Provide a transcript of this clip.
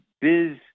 Biz